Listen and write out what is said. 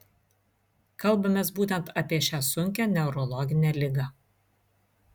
kalbamės būtent apie šią sunkią neurologinę ligą